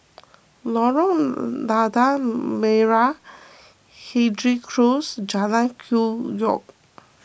Lorong Lada Merah Hendry Close Jalan Hwi Yoh